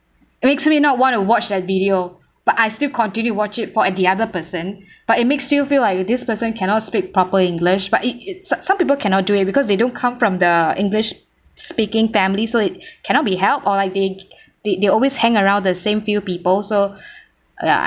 it makes me not want to watch that video but I still continue watch it for the other person but it makes you feel like this person cannot speak proper english but it it some people cannot do it because they don't come from the english speaking family so it cannot be helped all like they they they always hang around the same few people so ya